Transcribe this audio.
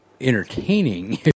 entertaining